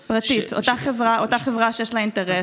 פרטית, אותה חברה שיש לה אינטרס.